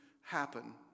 happen